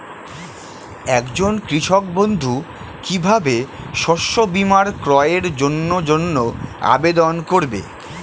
একজন কৃষক বন্ধু কিভাবে শস্য বীমার ক্রয়ের জন্যজন্য আবেদন করবে?